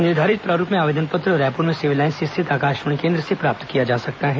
निर्धारित प्रारूप में आवेदन पत्र रायपुर में सिविल लाईन्स स्थित आकाशवाणी केन्द्र से प्राप्त किया जा सकता है